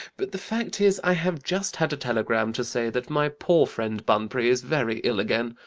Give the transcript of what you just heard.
but the fact is i have just had a telegram to say that my poor friend bunbury is very ill again.